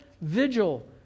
vigil